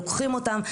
לוקחים אותם,